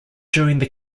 during